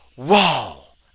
whoa